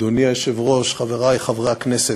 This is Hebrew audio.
אדוני היושב-ראש, חברי חברי הכנסת,